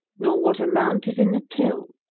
nor what amount is in the till,